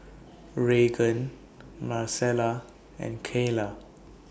Reagan Marcella and Kaela